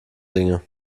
dinge